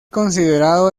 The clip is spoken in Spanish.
considerado